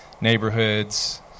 neighborhoods